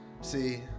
see